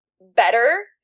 better